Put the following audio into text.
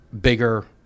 Bigger